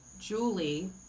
Julie